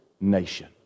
nation